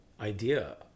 idea